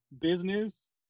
business